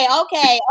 okay